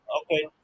Okay